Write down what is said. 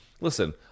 Listen